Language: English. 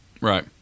Right